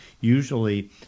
usually